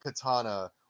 Katana